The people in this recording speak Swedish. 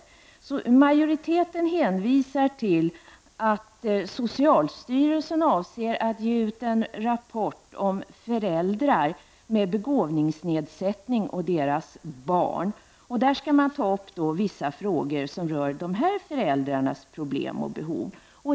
Utskottsmajoriteten hänvisar till att socialstyrelsen avser att ge ut en rapport om föräldrar med begåvningsnedsättning och deras barn, och där skall då tas upp vissa frågor som rör de här föräldrarnas problem och behov.